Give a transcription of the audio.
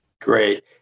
Great